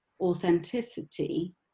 authenticity